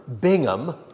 Bingham